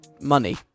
money